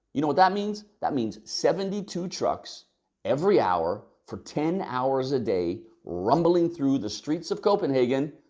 you know that means? that means seventy two trucks every hour for ten hours a day rumbling through the streets of copenhagen.